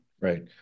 right